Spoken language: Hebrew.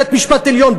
בית-משפט עליון,